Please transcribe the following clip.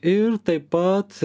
ir taip pat